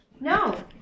No